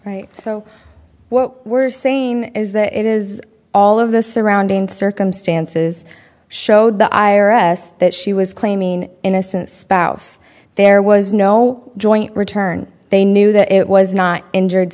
right so what we're saying is that it is all of the surrounding circumstances showed the i r s that she was claiming innocence spouse there was no joint return they knew that it was not injured